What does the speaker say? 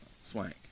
Swank